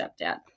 stepdad